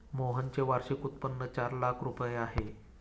मोहनचे वार्षिक उत्पन्न चार लाख रुपये आहे